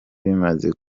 bimaze